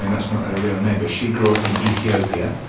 and that's not her real name. but she grew up in ethiopia.